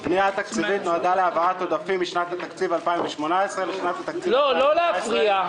התקציבית נועדה להעברת עודפים משנת התקציב 2018 לשנת התקציב 2019,